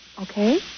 Okay